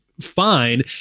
fine